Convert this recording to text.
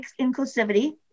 inclusivity